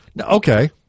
Okay